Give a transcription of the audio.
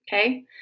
okay